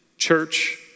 Church